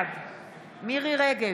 בעד מירי מרים רגב,